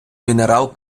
мінерал